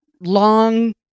long